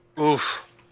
Oof